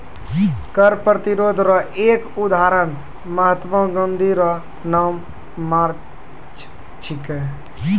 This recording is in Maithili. कर प्रतिरोध रो एक उदहारण महात्मा गाँधी रो नामक मार्च छिकै